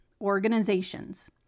organizations